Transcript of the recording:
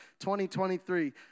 2023